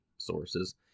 Sources